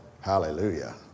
Hallelujah